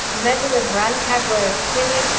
medal of rancagua of chile